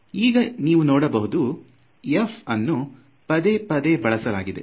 ಈಗ ನೀವು ನೋಡಬಹುದು f ಅನ್ನು ಪದೇ ಪದೇ ಬಳಸಲಾಗಿದೆ